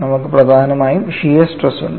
നമുക്ക് പ്രധാനമായും shear stress ഉണ്ട്